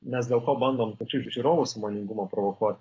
nes dėl ko bandome pačių žiūrovų sąmoningumą provokuot